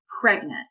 pregnant